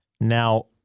Now